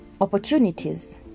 opportunities